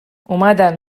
اومدن